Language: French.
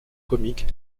comiques